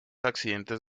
accidentes